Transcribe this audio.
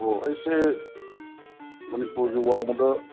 ꯑꯣ ꯑꯩꯁꯦ ꯃꯅꯤꯄꯔꯨꯒꯤ ꯋꯥꯡꯃꯗ